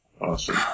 awesome